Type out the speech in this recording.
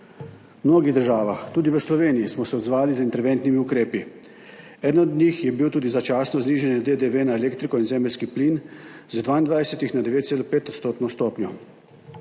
V mnogih državah, tudi v Sloveniji, smo se odzvali z interventnimi ukrepi, eden od njih je bil tudi začasno znižanje DDV na elektriko in zemeljski plin z 22 na 9,5 odstotno